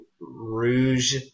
Rouge